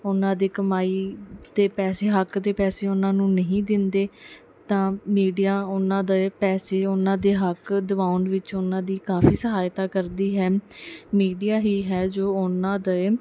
ਉਹਨਾਂ ਦੀ ਕਮਾਈ ਅਤੇ ਪੈਸੇ ਹੱਕ ਦੇ ਪੈਸੇ ਉਹਨਾਂ ਨੂੰ ਨਹੀਂ ਦਿੰਦੇ ਤਾਂ ਮੀਡੀਆ ਉਹਨਾਂ ਦੇ ਪੈਸੇ ਉਹਨਾਂ ਦੇ ਹੱਕ ਦਵਾਉਣ ਵਿੱਚ ਉਹਨਾਂ ਦੀ ਕਾਫੀ ਸਹਾਇਤਾ ਕਰਦੀ ਹੈ ਮੀਡੀਆ ਹੀ ਹੈ ਜੋ ਉਹਨਾਂ ਦੇ